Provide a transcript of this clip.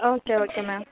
okay okay ma'am